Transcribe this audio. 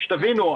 שתבינו,